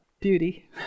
Beauty